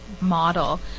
model